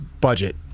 budget